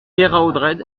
keraotred